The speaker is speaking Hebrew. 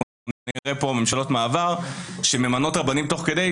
אנחנו נראה פה ממשלות מעבר שממנות רבנים תוך כדי.